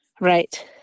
Right